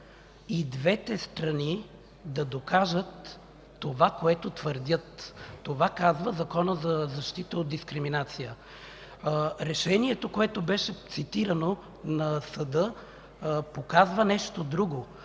и двете страни да докажат това, което твърдят. Така казва Законът за защита от дискриминация. Решението на съда, което беше цитирано, показва нещо друго.